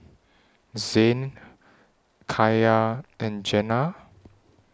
Zayne Kaia and Jenna